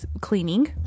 cleaning